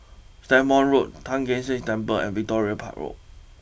Stagmont Road Tai Kak Seah Temple and Victoria Park Road